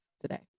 today